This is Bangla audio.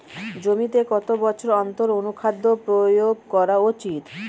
জমিতে কত বছর অন্তর অনুখাদ্য প্রয়োগ করা উচিৎ?